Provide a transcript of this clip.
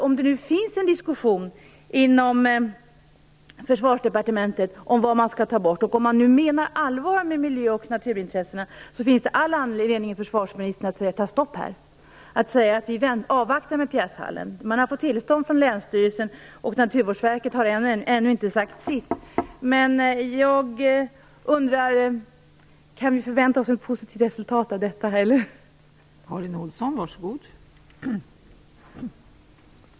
Om det nu finns en diskussion inom Försvarsdepartementet om vad man skall ta bort, och om man menar allvar med miljö och naturintressena, finns det all anledning, försvarsministern, att sätta stopp här och säga: Vi avvaktar med pjäshallen. Man har fått tillstånd från Länsstyrelsen, och Naturvårdsverket har ännu inte sagt sitt.